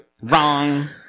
Wrong